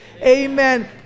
Amen